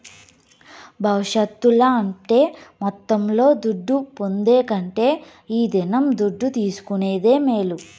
భవిష్యత్తుల అంటే మొత్తంలో దుడ్డు పొందే కంటే ఈ దినం దుడ్డు తీసుకునేదే మేలు